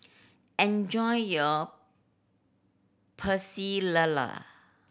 enjoy your Pecel Lele